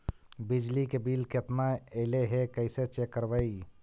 बिजली के बिल केतना ऐले हे इ कैसे चेक करबइ?